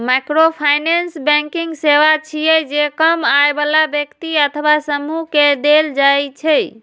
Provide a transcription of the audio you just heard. microfinance banking सेवा छियै, जे कम आय बला व्यक्ति अथवा समूह कें देल जाइ छै